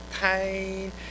pain